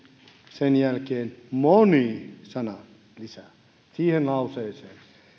sen jälkeen moni sanan lisäksi siihen lauseeseen